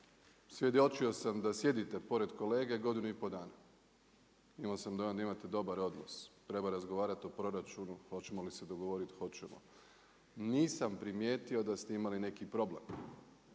Svjedočio sam da sjedite pored kolege godinu i pol dana, imao sam dojam da imate dobar odnos. Treba razgovarat o proračunu hoćemo li se dogovorit hoćemo. Nisam primijetio da ste imali neki problem.